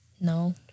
No